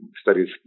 studies